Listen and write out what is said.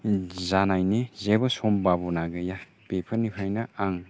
जानायनि जेबो सम्भाबना गैया बेफोरनिफ्रायनो आं